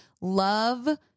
love